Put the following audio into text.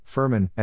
Furman